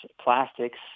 plastics